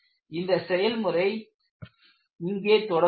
இந்த செயல்முறை இங்கே தொடங்குகிறது